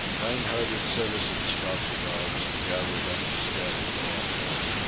kind-hearted citizens caught the dogs and gathered up the scattered belongings.